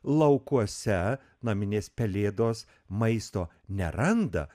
laukuose naminės pelėdos maisto neranda